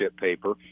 paper